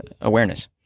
awareness